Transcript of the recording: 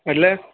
એટલે